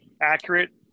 accurate